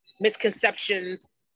misconceptions